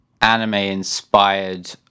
anime-inspired